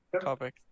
topic